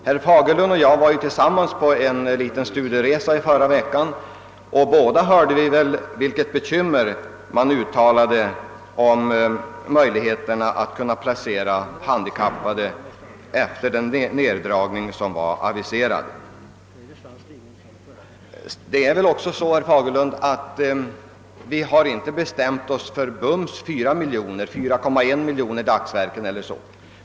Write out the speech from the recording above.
Herr Fagerlund och jag var tillsammans på en studieresa i förra veckan, och då hörde vi väl båda vilka bekymmer som uttalades beträffande möjligheterna att placera handikappade personer efter den nedskärning av beredskapsarbetena som var aviserad. Det är väl också så, herr Fagerlund, att det inte bara gäller att bestämma sig för 4 miljoner dagsverken eller vad det nu kan vara.